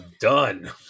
done